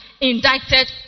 indicted